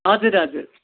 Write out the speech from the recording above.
हजुर हजुर